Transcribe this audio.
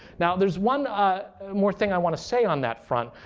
now there's one ah more thing i want to say on that front,